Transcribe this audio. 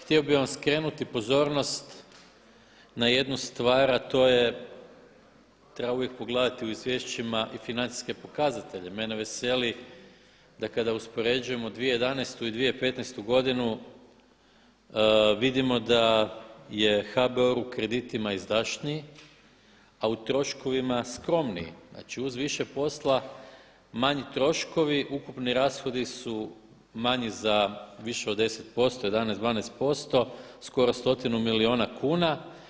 Htio bih vam skrenuti pozornost na jednu stvar a to je, treba uvijek pogledati u izvješćima i financijske pokazatelje, mene veseli da kada uspoređujemo 2011. i 2015. godinu vidimo da je HBOR u kreditima izdašniji a u troškovima skromniji, znači uz više posla manji troškovi, ukupni rashodi su manji za više od 10%, 11, 12%, skoro stotinu milijuna kuna.